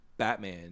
Batman